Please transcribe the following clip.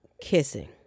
kissing